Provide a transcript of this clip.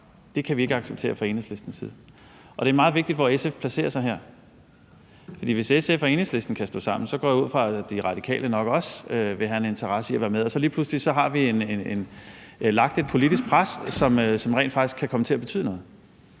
Det kan vi ikke acceptere fra Enhedslistens side. Og det er meget vigtigt, hvor SF placerer sig her. For hvis SF og Enhedslisten kan stå sammen, går jeg ud fra, at De Radikale nok også vil have en interesse i at være med, og så har vi lige pludselig lagt et politisk pres, som rent faktisk kan komme til at betyde noget.